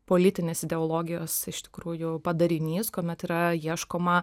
politinės ideologijos iš tikrųjų padarinys kuomet yra ieškoma